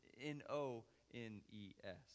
N-O-N-E-S